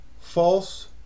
false